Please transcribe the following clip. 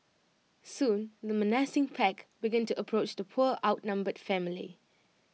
soon the menacing pack began to approach the poor outnumbered family